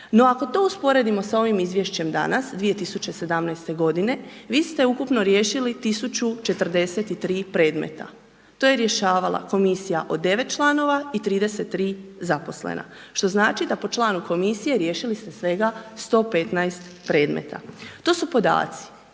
No, ako to usporedimo s ovim izvješćem danas, 2017. godine, vi ste ukupno riješili 1043 predmeta. To je rješavala komisija od 9 članova i 33 zaposlena, što znači, da po članu komisije, riješili ste svega 115 predmeta. To su podaci,